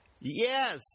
Yes